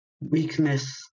weakness